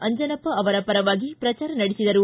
ಅಂಜನಪ್ಪ ಅವರ ಪರವಾಗಿ ಪ್ರಚಾರ ನಡೆಸಿದರು